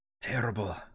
Terrible